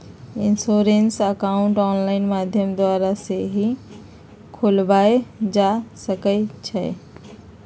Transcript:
insurance account online माध्यम द्वारा सेहो खोलबायल जा सकइ छइ